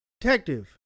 Detective